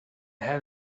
have